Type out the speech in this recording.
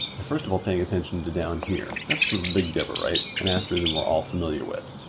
by first of all paying attention to down here. that's the big dipper, right? an asterism we're all familiar with.